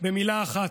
במילה אחת: